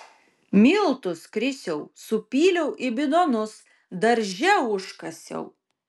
miltus krisiau supyliau į bidonus darže užkasiau